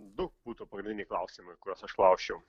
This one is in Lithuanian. daug būtų pagrindiniai klausimai kuriuos aš klausčiau